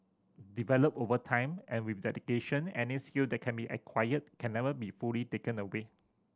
developed over time and with dedication any skill that can be acquired can never be fully taken away